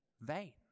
vain